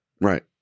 Right